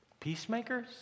Peacemakers